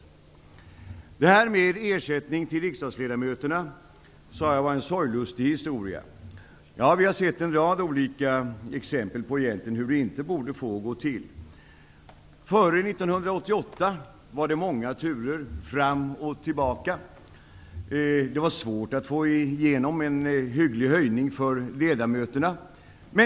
Frågan om ersättning till riksdagsledamöterna kallade jag en sorglustig historia. Vi har sett en rad olika exempel på hur det inte borde få gå till. Före 1988 var det många turer fram och tillbaka. Det var svårt att få igenom en hygglig höjning av ersättningen till ledamöterna.